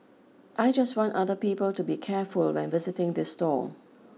I just want other people to be careful when visiting this stall